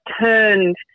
turned